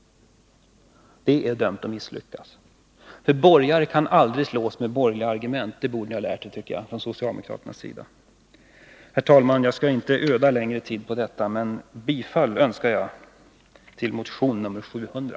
Det är dömt att misslyckas, för borgare kan aldrig slås med borgerliga argument, det borde socialdemokraterna ha lärt sig. Herr talman! Jag skall inte öda mer tid på detta, men bifall önskar jag till motion nr 700.